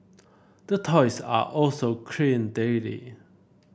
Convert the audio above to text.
the toys are also cleaned daily